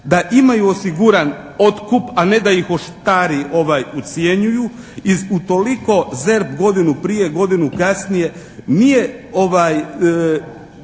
da imaju osiguran otkup, a ne da ih oštari ocjenjuju iz, utoliko ZERP godinu prije, godinu kasnije nije, nije